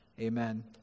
Amen